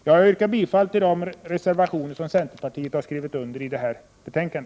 Jag yrkar bifall till de reservationer som centerpartiet står bakom.